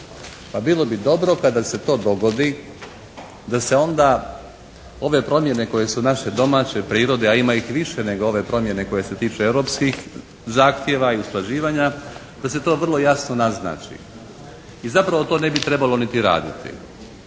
Pa bilo bi dobro da kada se to dogodi da se onda ove promjene koje su naše domaće prirode, a ima ih više nego ove promjene koje se tiču europskih zahtjeva i usklađivanja da se to vrlo jasno naznači i zapravo to ne bi trebalo niti raditi,